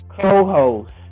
co-host